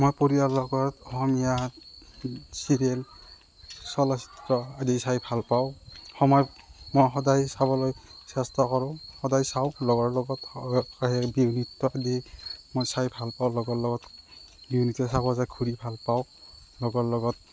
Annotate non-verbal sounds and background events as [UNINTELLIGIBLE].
মই পৰিয়াল লগত অসমীয়াত চিৰিয়েল চলচিত্ৰ আদি চায় ভাল পাওঁ সময়ত মই সদায় চাবলৈ চেষ্টা কৰোঁ সদায় চাওঁ লগৰ লগত [UNINTELLIGIBLE] সেই বিহু নৃত্য আদি মই চাই ভাল পাওঁ লগৰ লগত বিহু নৃত্য চাব যায় ঘূৰি ভাল পাওঁ লগৰ লগত